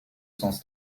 sens